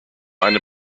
eine